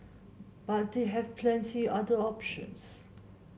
but they have plenty other options